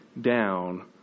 down